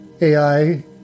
AI